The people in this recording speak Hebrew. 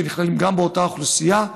שנכללים באותה אוכלוסייה.